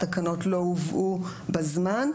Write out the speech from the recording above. התקנות לא הובאו בזמן,